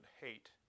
hate